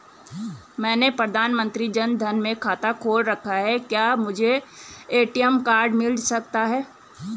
मैंने प्रधानमंत्री जन धन में खाता खोल रखा है क्या मुझे ए.टी.एम कार्ड मिल सकता है?